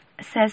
says